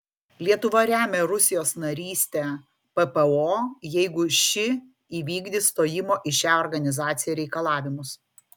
lietuva remia rusijos narystę ppo jeigu ši įvykdys stojimo į šią organizaciją reikalavimus